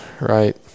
right